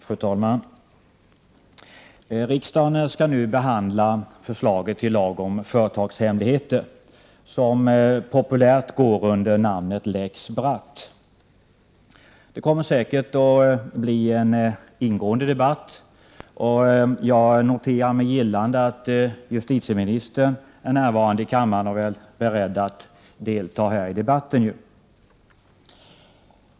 Fru talman! Riksdagen skall nu behandla förslaget till lag om företagshemligheter, som populärt går under namnet lex Bratt. Det kommer säkert att bli en ingående debatt, och jag noterar med gillande att justititeministern är närvarande i kammaren och väl beredd att delta i debatten.